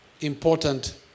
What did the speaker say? important